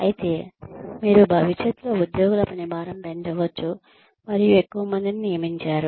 అయితే మీరు భవిష్యత్తులో ఉద్యోగుల పనిభారం పెంచవచ్చు మరియు ఎక్కువ మందిని నియమించరు